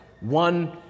One